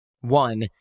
One